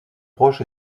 proche